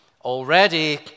already